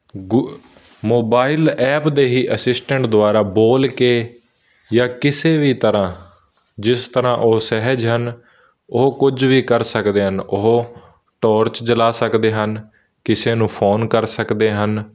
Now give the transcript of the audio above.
ਗੂ mobile app ਦੇ ਹੀ assistant ਦੁਆਰਾ ਬੋਲ ਕੇ ਜਾਂ ਕਿਸੇ ਵੀ ਤਰ੍ਹਾਂ ਜਿਸ ਤਰ੍ਹਾਂ ਉਹ ਸਹਿਜ ਹਨ ਉਹ ਕੁਝ ਵੀ ਕਰ ਸਕਦੇ ਹਨ ਉਹ ਟੋਰਚ ਜਲਾ ਸਕਦੇ ਹਨ ਕਿਸੇ ਨੂੰ ਫੋਨ ਕਰ ਸਕਦੇ ਹਨ